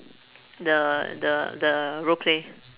the the the roleplay